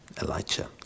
Elijah